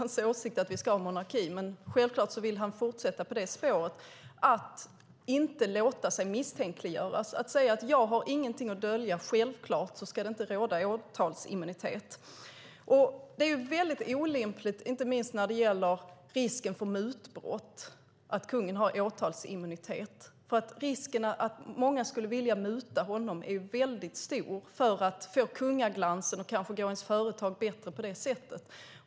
Men om kungen vill bevara monarkin tycker jag att det ligger i hans eget intresse att inte låta sig misstänkliggöras utan säga: Jag har ingenting att dölja, och självklart ska det inte råda åtalsimmunitet. Det är väldigt olämpligt, inte minst när det gäller risken för mutbrott att kungen har åtalsimmunitet. Risken att många skulle vilja muta honom är väldigt stor, kanske för att få kungaglans eller för att ens företag går bättre på det sättet.